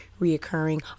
reoccurring